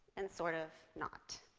and sort of not.